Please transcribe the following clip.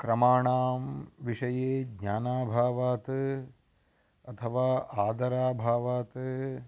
क्रमाणां विषये ज्ञानाभावात् अथवा आदराभावात्